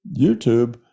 YouTube